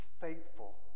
thankful